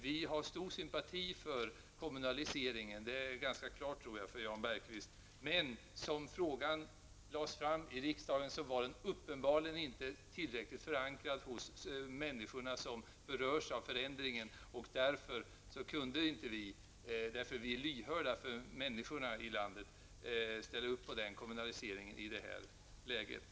Vi har stor sympati för kommunaliseringen. Det står nog ganska klart för Jan Bergqvist. Att döma av det sätt på vilket frågan behandlades i riksdagen, var den uppenbarligen inte tillräckligt förankrad hos människorna som berördes av förändringen. Vi är lyhörda för människorna i landet, och därför kunde vi inte ställa upp på kommunaliseringen i det läget.